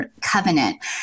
covenant